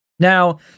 Now